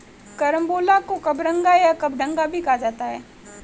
carambola को कबरंगा या कबडंगा भी कहा जाता है